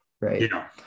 right